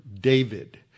David